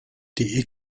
die